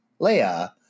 leia